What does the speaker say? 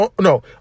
no